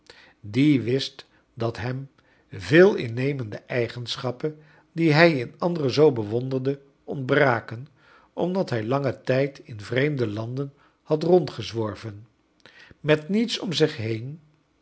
die wist dat hem veel innemendo eigenschappen die hij j in anderen zoo bewonderde ontbra ken omdat hij langen tijd in vreemde i landen had rondgezworvea met niets j om zich heen